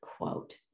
quote